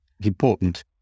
important